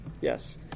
Yes